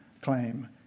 claim